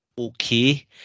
Okay